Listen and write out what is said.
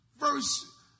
verse